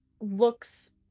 looks